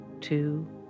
two